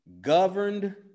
Governed